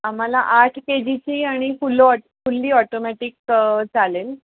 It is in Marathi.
आम्हाला आठ के जीची आणि फुलं ऑट फुल्ली ऑटोमॅटिक चालेल